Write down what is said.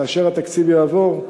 כאשר התקציב יעבור,